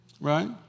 right